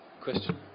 question